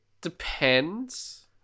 depends